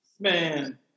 man